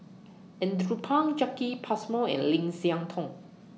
Andrew Phang Jacki Passmore and Lim Siah Tong